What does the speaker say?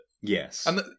Yes